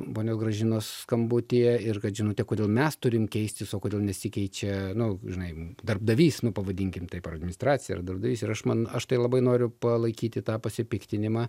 ponios gražinos skambutyje ir kad žinote kodėl mes turim keistis o kodėl nesikeičia nu žinai darbdavys nu pavadinkim taip administracija ar darbdavys ir aš man aš tai labai noriu palaikyti tą pasipiktinimą